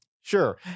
sure